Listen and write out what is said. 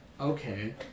Okay